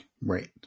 Right